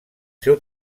seu